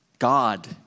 God